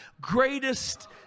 greatest